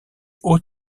haut